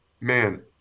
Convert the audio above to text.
Man